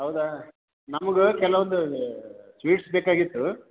ಹೌದಾ ನಮ್ಗೆ ಕೆಲವೊಂದ್ ಸ್ವೀಟ್ಸ್ ಬೇಕಾಗಿತ್ತು